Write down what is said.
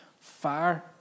Fire